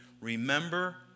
Remember